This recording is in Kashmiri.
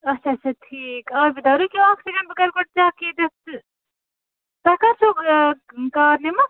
اچھا اچھا ٹھیٖک اکھ سیکنٛڈ بہٕ کٔرٕ گۄڈٕ چک یتین تہٕ تۄہہِ کٔر چھُو کار نِمٕژ